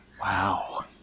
Wow